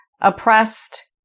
oppressed